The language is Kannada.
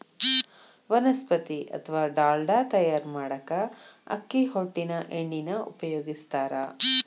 ವನಸ್ಪತಿ ಅತ್ವಾ ಡಾಲ್ಡಾ ತಯಾರ್ ಮಾಡಾಕ ಅಕ್ಕಿ ಹೊಟ್ಟಿನ ಎಣ್ಣಿನ ಉಪಯೋಗಸ್ತಾರ